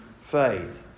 faith